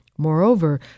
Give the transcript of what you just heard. Moreover